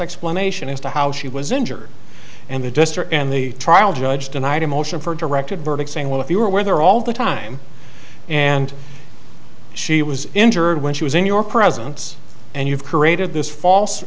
explanation as to how she was injured and the district and the trial judge denied a motion for directed verdict saying well if you were there all the time and she was injured when she was in your presence and you've created this false